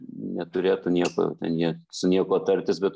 neturėtų nieko jie su niekuo tartis bet